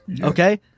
Okay